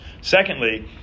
Secondly